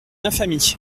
infamie